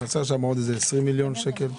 חסר שם עוד 20 מיליון שקלים.